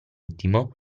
ultimo